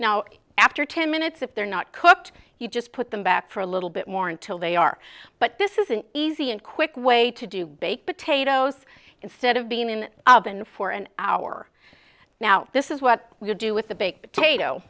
now after ten minutes if they're not cooked you just put them back for a little bit more until they are but this is an easy and quick way to do baked potatoes instead of being in a band for an hour now this is what we do with the big potato